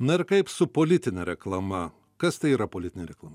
na ir kaip su politine reklama kas tai yra politinė reklama